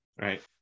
right